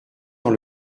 dans